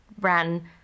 ran